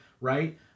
right